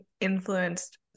influenced